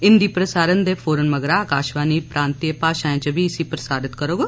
हिन्दी प्रसारण दे फौरन मगरा आकाशवाणी प्रांतीय भाषाएं च बी इसी प्रसारित करौग